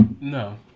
No